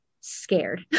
scared